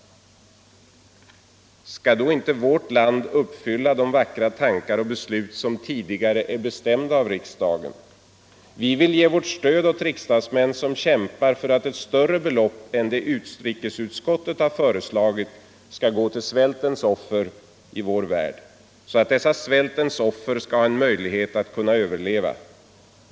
”Skall då inte vårt land uppfylla de vackra tankar och beslut som tidigare är bestämda av riksdagen? Vi vill ge vårt stöd åt riksdagsmän som kämpar för att ett större belopp än det utrikesutskottet har föreslagit skall gå till svältens offer i vår värld. Så att dessa svältens offer skall ha en möjlighet att kunna överleva.